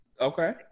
okay